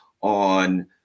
on